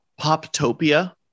Poptopia